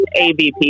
avp